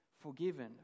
forgiven